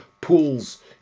pools